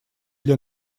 для